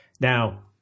Now